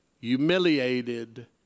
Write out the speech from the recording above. humiliated